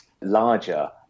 larger